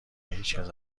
هیچکس